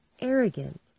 Arrogant